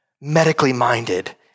medically-minded